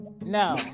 No